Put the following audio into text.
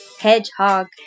Hedgehog